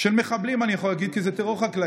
של מחבלים, אני יכול להגיד, כי זה טרור חקלאי,